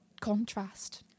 contrast